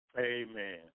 Amen